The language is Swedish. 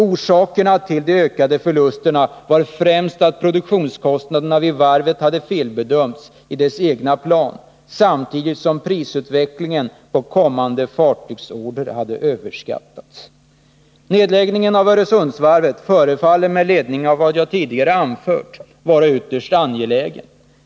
Orsakerna till de ökade förlusterna var främst att produktionskostnaderna vid varvet helt hade felbedömts i varvets egen plan samtidigt som prisutvecklingen på kommande fartygsorder hade överskattats. Nedläggningen av Öresundsvarvet förefaller med ledning av vad jag tidigare anfört vara ytterst angelägen.